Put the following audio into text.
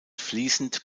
fließend